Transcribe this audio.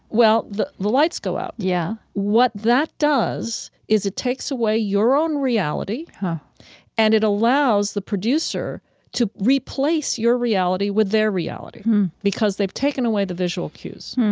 well, the the lights go out yeah what that does is it takes away your own reality and it allows the producer to replace your reality with their reality because they've taken away the visual cues.